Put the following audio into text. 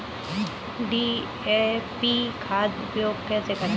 DAP खाद का उपयोग कैसे करें?